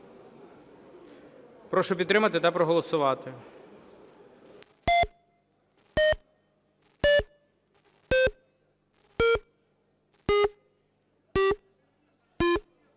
Прошу підтримати та проголосувати.